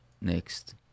next